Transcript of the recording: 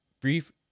brief